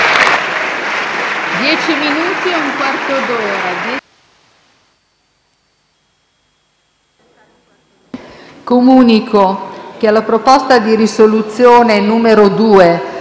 Comunico che alla proposta di risoluzione n. 2,